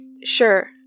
Sure